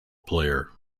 player